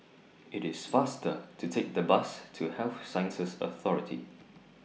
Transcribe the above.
IT IS faster to Take The Bus to Health Sciences Authority